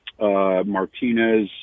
Martinez